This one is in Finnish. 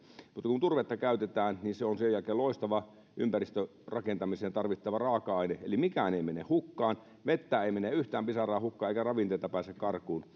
kun turvetta käytetään niin se on sen jälkeen loistava ympäristörakentamiseen tarvittava raaka aine eli mikään ei mene hukkaan metsää ei mene yhtään pisaraa hukkaan eikä ravinteita pääse karkuun